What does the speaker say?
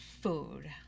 food